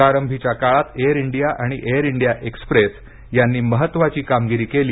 प्रारंभीच्या काळात air India आणि एअर इंडिया एक्सप्रेस यांनी महत्वाची कामगिरी केली